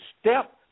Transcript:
step